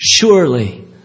Surely